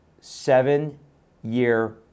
seven-year